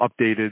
updated